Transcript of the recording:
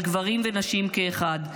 על גברים ונשים כאחד.